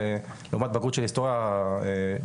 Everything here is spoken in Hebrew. לעומת בגרות של היסטוריה ממלכתי-דתי